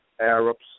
Arabs